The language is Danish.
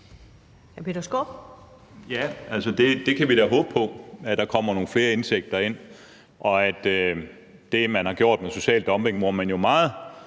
(DF): Det kan vi da håbe på, altså at der kommer nogle flere indtægter ind, og at det, man har gjort i forhold til social dumping, hvor man jo meget,